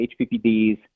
HPPDs